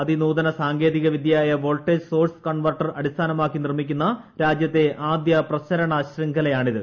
അതിനൂതന സാങ്കേതിക വിദ്യയായ voltage source converter അടിസ്ഥാനമാക്കി നിർമ്മിക്കുന്ന രാജ്യത്തെ ആദ്യപ്രസരണ ശൃംഖലയാണിത്